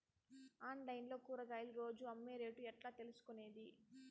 Online లో కూరగాయలు రోజు అమ్మే రేటు ఎట్లా తెలుసుకొనేది?